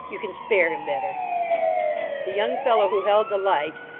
you can spare him better the young fellow who held the light,